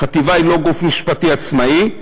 החטיבה היא לא גוף משפטי עצמאי,